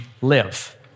live